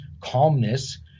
calmness